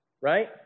right